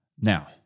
Now